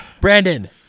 Brandon